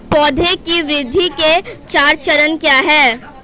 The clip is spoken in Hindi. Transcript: पौधे की वृद्धि के चार चरण क्या हैं?